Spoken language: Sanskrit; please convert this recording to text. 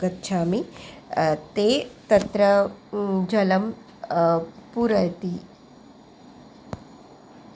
गच्छामि ते तत्र जलं पूरयन्ति